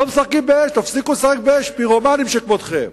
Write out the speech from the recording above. תפסיקו לשחק באש, פירומנים שכמותכם.